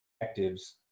objectives